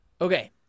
Okay